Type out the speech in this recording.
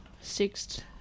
Sixth